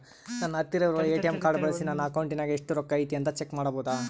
ನನ್ನ ಹತ್ತಿರ ಇರುವ ಎ.ಟಿ.ಎಂ ಕಾರ್ಡ್ ಬಳಿಸಿ ನನ್ನ ಅಕೌಂಟಿನಾಗ ಎಷ್ಟು ರೊಕ್ಕ ಐತಿ ಅಂತಾ ಚೆಕ್ ಮಾಡಬಹುದಾ?